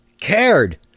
cared